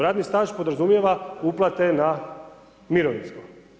Radni staž podrazumijeva uplate na mirovinsko.